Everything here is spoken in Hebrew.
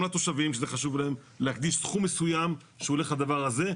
גם לתושבים, להקדיש סכום מסוים שהולך לדבר הזה.